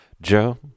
Joe